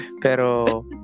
Pero